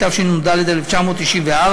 התשנ"ד 1994,